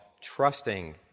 trusting